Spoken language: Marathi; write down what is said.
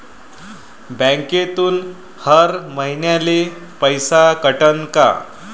बँकेतून हर महिन्याले पैसा कटन का?